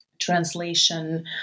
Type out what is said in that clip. translation